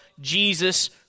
Jesus